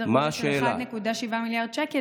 סדר גודל של 1.7 מיליארד שקל,